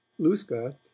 Luska